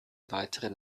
weiteren